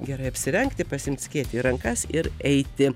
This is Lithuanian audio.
gerai apsirengti pasiimt skėtį į rankas ir eiti